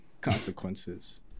consequences